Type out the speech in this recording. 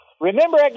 Remember